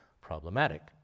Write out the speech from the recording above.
problematic